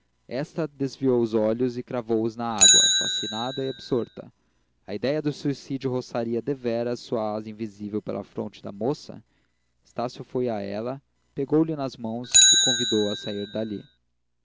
esta desviou os olhos e cravou os na água fascinada e absorta a idéia do suicídio roçaria deveras sua asa invisível pela fronte da moça estácio foi a ela pegou-lhe nas mãos e convidou a a sair dali